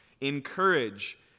encourage